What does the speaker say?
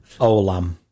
Olam